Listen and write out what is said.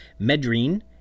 Medrine